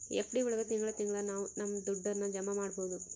FD ಒಳಗ ತಿಂಗಳ ತಿಂಗಳಾ ನಾವು ನಮ್ ದುಡ್ಡನ್ನ ಜಮ ಮಾಡ್ಬೋದು